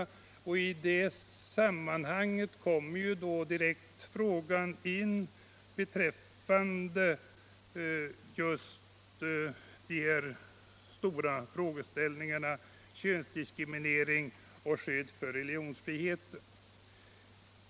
I detta sammanhang kommer frågeställningarna kring könsdiskriminering och skyddet för religionsfriheten in.